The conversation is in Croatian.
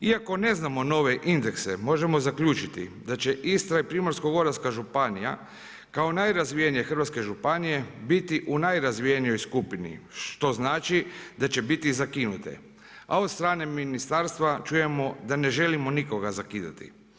Iako ne znamo nove indekse možemo zaključiti da će Istra i Primorsko-goranska županija kao najrazvijenije hrvatske županije biti u najrazvijenijoj skupini što znači da će biti zakinute, a od strane ministarstva čujemo da ne želimo nikoga zakidati.